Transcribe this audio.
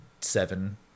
Seven